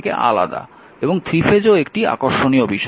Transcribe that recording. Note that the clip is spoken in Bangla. এবং 3 ফেজও একটি আকর্ষণীয় বিষয়